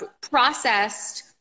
processed